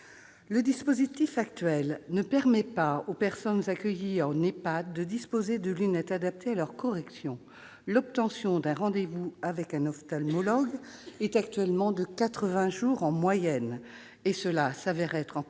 Le dispositif actuel ne permet pas aux personnes accueillies en EHPAD de disposer de lunettes adaptées à leur correction. L'obtention d'un rendez-vous avec un ophtalmologue est actuellement de 80 jours en moyenne. Cela s'avère encore